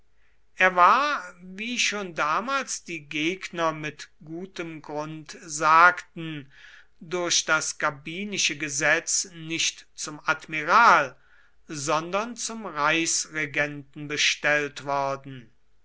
er war wie schon damals die gegner mit gutem grund sagten durch das gabinische gesetz nicht zum admiral sondern zum reichsregenten bestellt worden